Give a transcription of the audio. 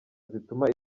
zituma